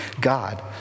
God